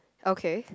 okay